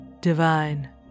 Divine